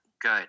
good